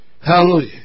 Hallelujah